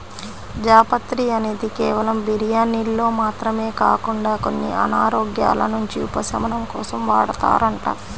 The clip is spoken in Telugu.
జాపత్రి అనేది కేవలం బిర్యానీల్లో మాత్రమే కాకుండా కొన్ని అనారోగ్యాల నుంచి ఉపశమనం కోసం వాడతారంట